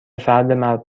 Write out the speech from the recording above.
فرد